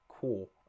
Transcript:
Cool